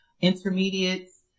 intermediates